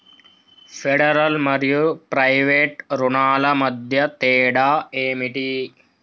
Federal మరియు private రుణాల మధ్య తేడా ఏమిటి?